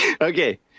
okay